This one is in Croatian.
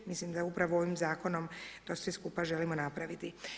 Mislim da upravo ovim zakonom to sve skupa želimo napraviti.